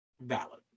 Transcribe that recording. Valid